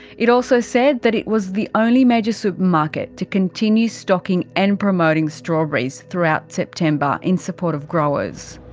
it also said that it was the only major supermarket to continue stocking and promoting strawberries throughout september, in support of growers.